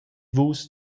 vus